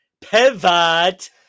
Pivot